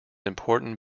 important